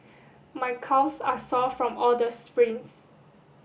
my calves are sore from all the sprints